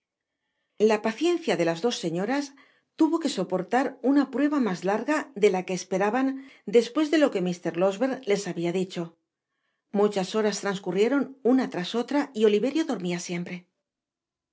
la paciencia de las dos señoras tuvo que soportar una prueba mas larga de la que esperaban despues de lo que mr losberne les habia dicho muchas horas transcurrieron una tras otra y oliverio dormia siempre